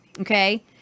Okay